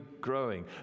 growing